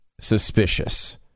suspicious